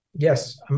Yes